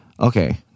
Okay